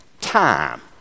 time